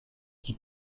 qui